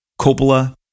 Coppola